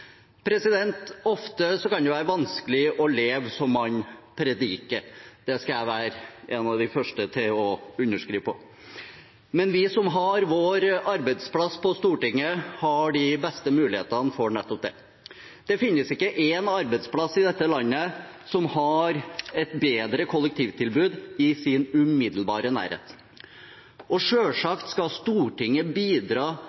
må. Ofte kan det være vanskelig å leve som man prediker. Det skal jeg være en av de første til å underskrive på. Men vi som har vår arbeidsplass på Stortinget, har de beste mulighetene for nettopp det. Det finnes ikke én arbeidsplass i dette landet som har et bedre kollektivtilbud i sin umiddelbare nærhet. Og